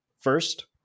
first